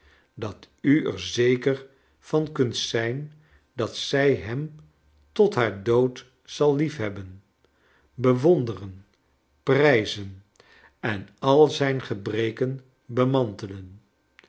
dat u er zeker van kunt zijn dat zij hem tot haar dood zal lief hebben bewonderen prijzen eln al zijn gebreken